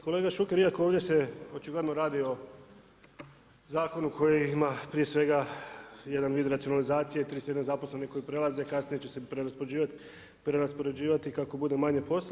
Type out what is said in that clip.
Kolega Šuker iako ovdje se očigledno radi o zakonu koji ima prije svega jedan vid racionalizacije 31 zaposleni koji prelaze, kasnije će se preraspoređivati kako bude manje posla.